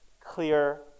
clear